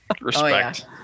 Respect